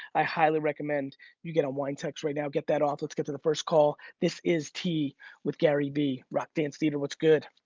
i highly recommend you get on winetext right now. get that off. let's get to the first call. this is t with gary vee rock dance theater. what's good?